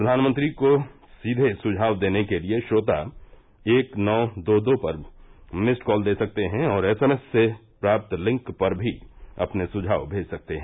प्रधानमंत्री को सीधे सुझाव देने के लिए श्रोता एक नौ दो दो पर मिस्ड कॉल दे सकते हैं और एसएमएस से प्राप्त लिंक पर भी अपने सुझाव भेज सकते हैं